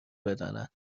بدانند